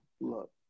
Look